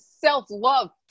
self-love